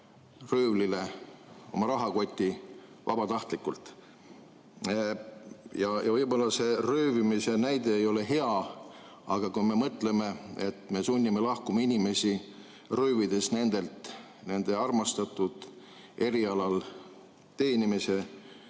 röövlile oma rahakoti vabatahtlikult. Võib-olla see röövimise näide ei ole hea, aga kui me mõtleme, et me sunnime lahkuma inimesi, röövides nendelt nende armastatud erialal teenimise